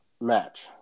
match